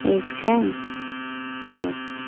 ठीक छनि देख